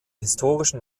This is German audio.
historischen